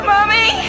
Mommy